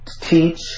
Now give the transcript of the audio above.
teach